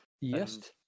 Yes